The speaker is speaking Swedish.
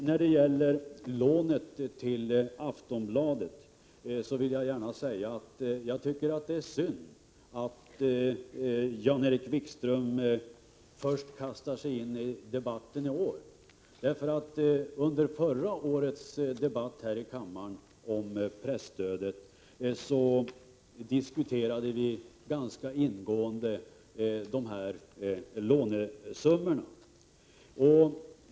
När det gäller lånet till Aftonbladet tycker jag att det är synd att Jan-Erik Wikström kastar sig in i debatten först i år. Under förra årets debatt här i kammaren om presstödet diskuterades lånesummorna ganska ingående.